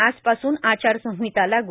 आजपासून आचारसंहिता लागू